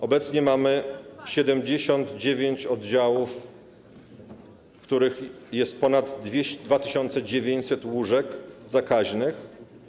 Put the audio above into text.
obecnie mamy 79 oddziałów, w których jest ponad 2900 łóżek zakaźnych.